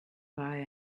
buy